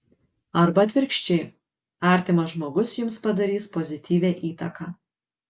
arba atvirkščiai artimas žmogus jums padarys pozityvią įtaką